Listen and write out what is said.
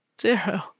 zero